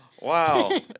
Wow